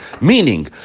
Meaning